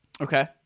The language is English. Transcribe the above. okay